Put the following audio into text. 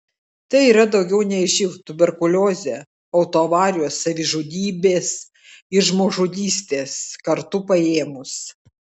tai yra daugiau nei živ tuberkuliozė autoavarijos savižudybės ir žmogžudystės kartu paėmus